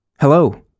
Hello